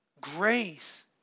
Grace